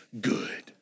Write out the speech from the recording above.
good